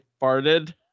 farted